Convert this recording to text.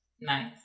nice